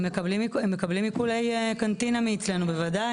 הם מקבלים עיקולי קנטינה מאצלנו בוודאי,